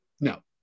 No